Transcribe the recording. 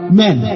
men